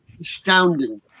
Astounding